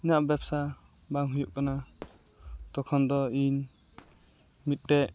ᱤᱧᱟᱹᱜ ᱵᱮᱵᱽᱥᱟ ᱵᱟᱝ ᱦᱩᱭᱩᱜ ᱠᱟᱱᱟ ᱛᱚᱠᱷᱚᱱ ᱫᱚ ᱤᱧ ᱢᱤᱫᱴᱮᱱ